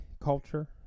culture